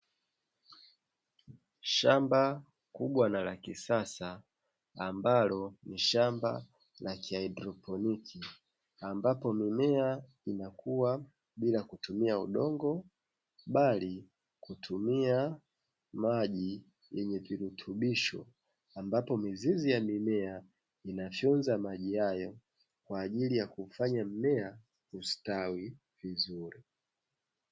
Shamba kubwa na la kisasa ambalo ni shamba la kihaidroponiki ambapo mimea inakuwa bila kutumia udongo bali kutumia maji yenye virutubisho ambapo mizizi ya mimea inafyonza maji hayo kwa ajili ya kuufanya mmea kustawi vizuri.